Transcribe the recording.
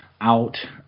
out